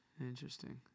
Interesting